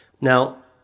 Now